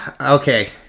Okay